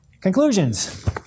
conclusions